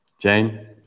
Jane